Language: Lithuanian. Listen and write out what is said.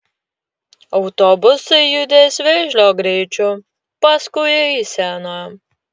autobusai judės vėžlio greičiu paskui eiseną